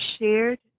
shared